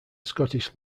scottish